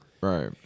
Right